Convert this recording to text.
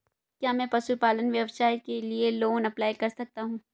क्या मैं पशुपालन व्यवसाय के लिए लोंन अप्लाई कर सकता हूं?